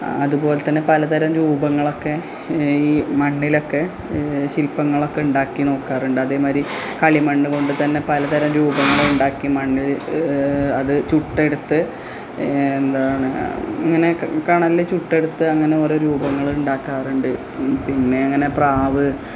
അതുപോലെ തന്നെ പലതരം രൂപങ്ങളൊക്കെ ഈ മണ്ണിലൊക്കെ ശിൽപ്പങ്ങളൊക്കെയുണ്ടാക്കി നോക്കാറുണ്ട് അതേമാതിരി കളിമണ്ണ് കൊണ്ടു തന്നെ പലതരം രൂപങ്ങളുണ്ടാക്കി മണ്ണ് അത് ചുട്ടെടുത്ത് എന്താണ് അങ്ങനെയൊക്കെ കനലിൽ ചുട്ടെടുത്ത് അങ്ങനെ കുറേ രൂപങ്ങളുണ്ടാക്കാറുണ്ട് പിന്നെങ്ങനെ പ്രാവ്